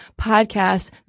podcast